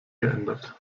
geändert